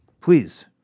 please